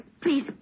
Please